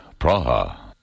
Praha